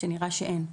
וזה נראה שאין.